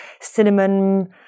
cinnamon